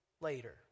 later